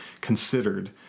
considered